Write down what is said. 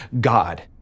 God